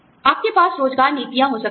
आपके पास रोज़गार नीतियाँ हो सकती हैं